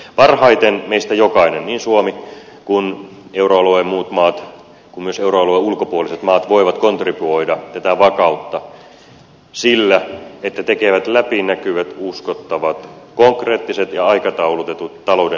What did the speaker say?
parhaiten meistä jokainen niin suomi kuin euroalueen muut maat kuin myös euroalueen ulkopuoliset maat voi kontribuoida tätä vakautta sillä että tekee läpinäkyvät uskottavat konkreettiset ja aikataulutetut talouden sopeutumisohjelmat